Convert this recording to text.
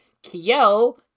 Kiel